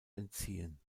entziehen